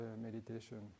meditation